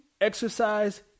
exercise